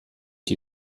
die